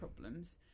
problems